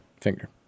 Finger